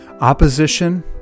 opposition